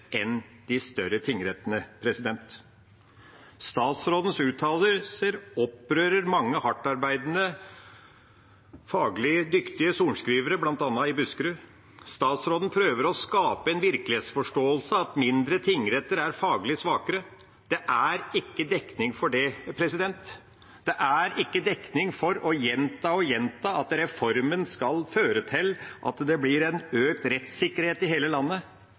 enn de større tingrettene. Statsrådens uttalelser opprører mange hardtarbeidende, faglig dyktige sorenskrivere, bl.a. i Buskerud. Statsråden prøver å skape en virkelighetsforståelse av at mindre tingretter er faglig svakere. Det er ikke dekning for det. Det er ikke dekning for å gjenta og gjenta at reformen skal føre til at det blir en økt rettssikkerhet i hele landet,